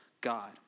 God